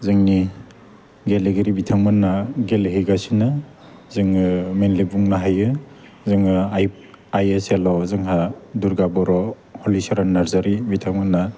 जोंनि गेलेगिरि बिथांमोनहा गेलेहैगासिनो जोङो मेइनलि बुंनो हायो जोङो आई एस एल आव दुरगा बर' हलिचरन नार्जारि बिथांमोनहा